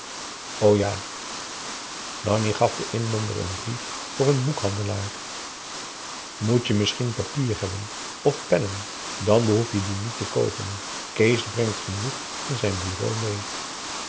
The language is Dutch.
ja nanni gaf den inlander een brief voor n boekhandelaar moet je misschien papier hebben of pennen dan behoef je die niet te koopen kees brengt genoeg van zijn bureau mêe